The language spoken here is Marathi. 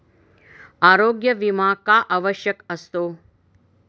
आरोग्य विमा का आवश्यक असतो?